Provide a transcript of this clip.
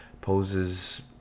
poses